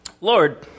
Lord